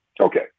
Okay